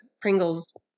Pringles